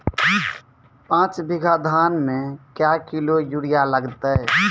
पाँच बीघा धान मे क्या किलो यूरिया लागते?